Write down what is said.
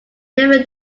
never